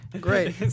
Great